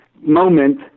moment